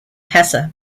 hesse